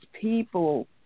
people